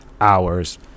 hours